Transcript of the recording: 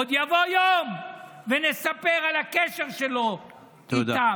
עוד יבוא יום ונספר על הקשר שלו איתם.